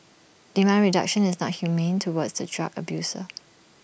demand reduction is not inhumane towards the drug abuser